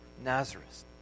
Nazareth